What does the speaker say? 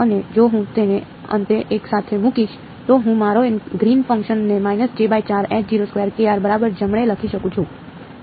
અને જો હું તેને અંતે એકસાથે મૂકીશ તો હું મારા ગ્રીનના ફંક્શનને બરાબર જમણે લખી શકું છું